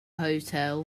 hotel